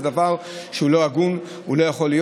זה דבר שהוא לא הגון והוא לא יכול להיות.